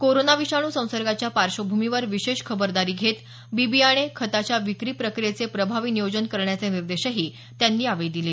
corona विषाणू संसर्गाच्या पार्श्वभूमीवर विशेष खबरदारी घेत बी बियाणे खताच्या विक्री प्रक्रियेचे प्रभावी नियोजन करण्याचे निर्देशही त्यांनी यावेळी दिले